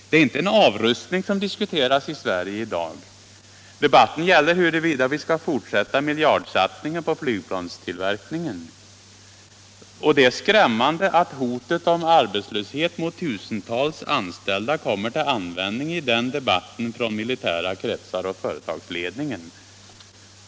Det är inte en avrustning som diskuteras i Sverige i dag. Debatten gäller huruvida vi skall fortsätta miljardsatsningen på flygplanstillverkningen. Det är skrämmande att hotet om arbetslöshet mot tusentals anställda kommer till användning i den debatten från militära kretsar och företagsledning.